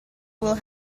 will